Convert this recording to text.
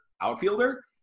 outfielder